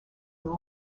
and